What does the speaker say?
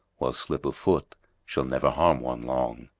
while slip of foot shall never harm one long.